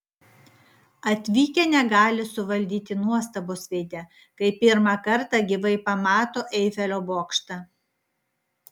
atvykę negali suvaldyti nuostabos veide kai pirmą kartą gyvai pamato eifelio bokštą